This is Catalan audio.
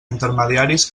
intermediaris